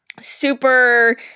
super